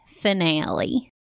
finale